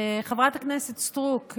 חברת הכנסת סטרוק,